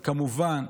כמובן,